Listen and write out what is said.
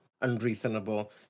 unreasonable